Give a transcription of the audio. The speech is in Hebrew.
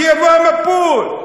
שיבוא המבול.